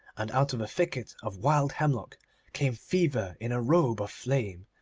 and out of a thicket of wild hemlock came fever in a robe of flame.